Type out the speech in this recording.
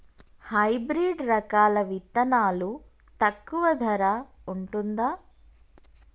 Hybrid రకాల విత్తనాలు తక్కువ ధర ఉంటుందా?